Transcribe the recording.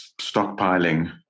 stockpiling